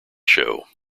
show